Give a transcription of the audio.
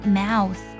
mouth